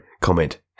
comment